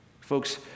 Folks